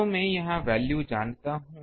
तो मैं यहाँ वैल्यू जानता हूँ